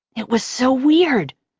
it was so weird.